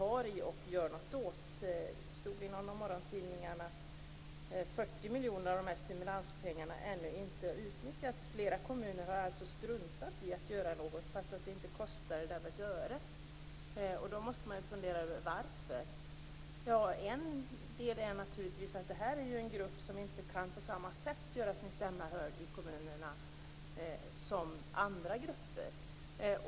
Det stod i någon av morgontidningarna att 40 miljoner av stimulanspengarna ännu inte har utnyttjats. Flera kommuner har alltså struntat i att göra något, trots att det inte kostar dem ett öre. Då måste man fundera över varför det är så. En förklaring är naturligtvis att det rör en grupp som inte kan göra sin stämma hörd i kommunerna på samma sätt som andra grupper.